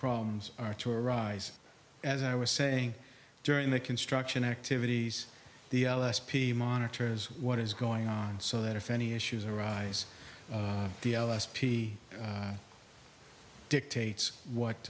problems are to arise as i was saying during the construction activities the l s p monitors what is going on so that if any issues arise the l s p dictates what